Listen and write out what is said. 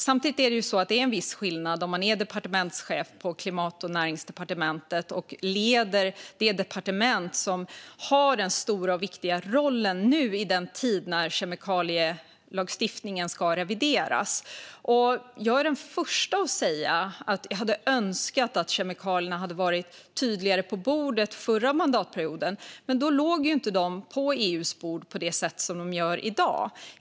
Samtidigt är det en viss skillnad om man är departementschef på Klimat och näringslivsdepartementet och leder det departement som har den stora och viktiga rollen nu i den viktiga tid då kemikalielagstiftningen ska revideras. Jag är den första att säga att jag hade önskat att kemikalierna hade varit tydligare på bordet under förra mandatperioden. Men då låg de inte på EU:s bord på det sätt som de gör i dag.